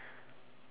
that